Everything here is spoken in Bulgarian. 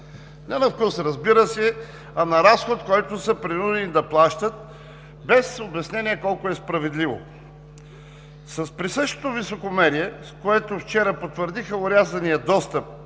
не на плюс, разбира се, а на разход, който са принудени да плащат, без обяснение кое е справедливо. С присъщото си високомерие, с което вчера потвърдиха орязания достъп